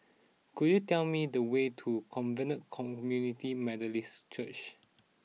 could you tell me the way to Covenant Community Methodist Church